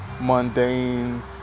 mundane